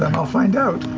um i'll find out.